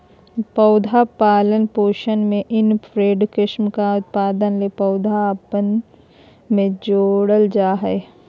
पौधा पालन पोषण में इनब्रेड किस्म का उत्पादन ले पौधा आपस मे जोड़ल जा हइ